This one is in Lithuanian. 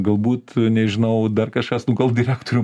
galbūt nežinau dar kažkas nu gal direktorium